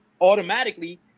automatically